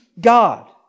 God